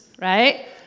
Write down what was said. right